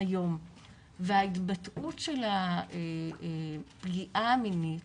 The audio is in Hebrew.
איום וההתבטאות של הפגיעה המינית